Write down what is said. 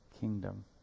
kingdom